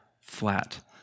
flat